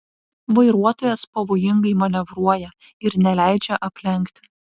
vairuotojas pavojingai manevruoja ir neleidžia aplenkti